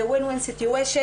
זהWin-Win Situation,